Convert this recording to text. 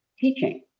teaching